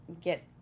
get